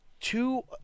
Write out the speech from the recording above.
two